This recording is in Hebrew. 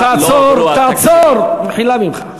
תעצור, תעצור, במחילה ממך.